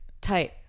Tight